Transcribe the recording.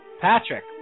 Patrick